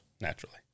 naturally